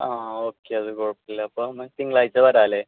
ആ ഓക്കെ അത് കുഴപ്പമില്ല അപ്പം എന്നാൽ തിങ്കളാഴ്ച്ച വരാമല്ലേ